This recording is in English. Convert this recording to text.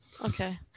Okay